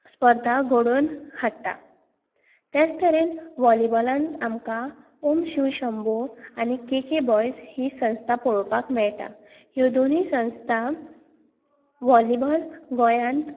स्पर्धा घडोवन हाडटा त्याच तरेन वॉलीबॉलांत आमकां ऑम शिव शंभू आनी के के बोय्झ ही संस्था पळोवपाक मेळटा ह्यो दोनूय संस्था वॉलीबॉल गोंयांत